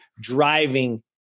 driving